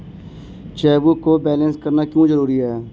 Chequebook को balance करना क्यों जरूरी है?